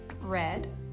red